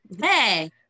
Hey